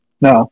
no